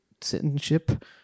citizenship